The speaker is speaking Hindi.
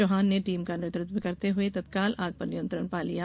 चौहान ने टीम का नेतृत्व करते हुए तत्काल आग पर नियंत्रण पा लिया